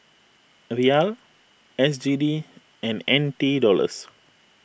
Riyal S G D and N T Dollars